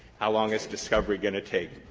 how long is discovery going to take?